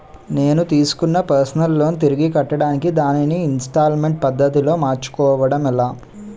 నేను తిస్కున్న personal loan తిరిగి కట్టడానికి దానిని ఇంస్తాల్మేంట్ పద్ధతి లో మార్చుకోవడం ఎలా?